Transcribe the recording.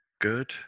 good